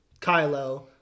Kylo